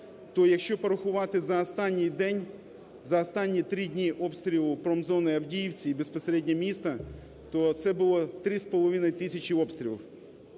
за останній день, за останні три дні обстрілу промзони Авдіївки і безпосередньо міста, то це було 3,5 тисячі обстрілів.